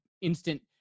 instant